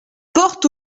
porte